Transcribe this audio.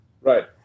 Right